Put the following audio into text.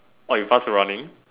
orh you pass your running